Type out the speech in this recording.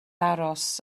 aros